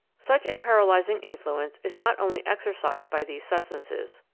such a paralysing influence is not only exercised by these substances,